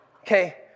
Okay